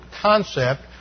concept